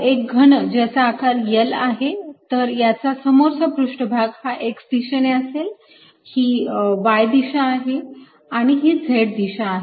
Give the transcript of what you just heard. एक घन ज्याचा आकार L आहे तर याचा समोरचा पृष्ठभाग हा x दिशेने असेल ही y दिशा आहे आणि ही Z दिशा आहे